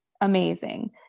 amazing